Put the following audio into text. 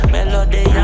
Melody